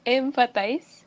empathize